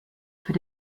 für